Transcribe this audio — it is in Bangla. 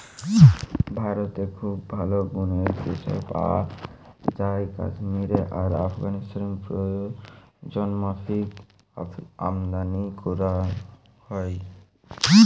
ভারতে খুব ভালো গুনের কেশর পায়া যায় কাশ্মীরে আর আফগানিস্তানে প্রয়োজনমাফিক আমদানী কোরা হয়